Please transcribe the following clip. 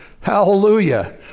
Hallelujah